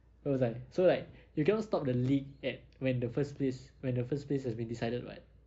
it was like so like you cannot stop the league at when the first place when the first place has been decided [what]